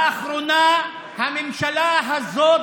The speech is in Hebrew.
לאחרונה הממשלה הזאת